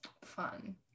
Fun